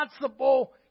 responsible